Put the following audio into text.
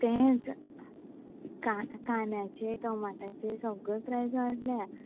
तेंच काद्यांचे तमाटाचे सगळे प्रायज वाडल्या